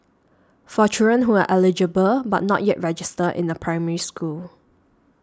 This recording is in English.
for children who are eligible but not yet registered in a Primary School